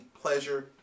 pleasure